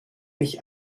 mich